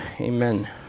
amen